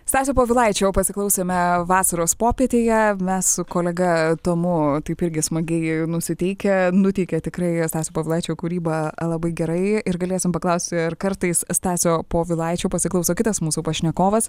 stasio povilaičio pasiklausėme vasaros popietėje mes su kolega tomu taip irgi smagiai nusiteikę nuteikė tikrai stasio povilaičio kūryba labai gerai ir galėsim paklausti ar kartais stasio povilaičio pasiklauso kitas mūsų pašnekovas